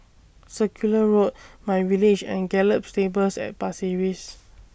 Circular Road MyVillage and Gallop Stables At Pasir Ris